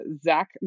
zach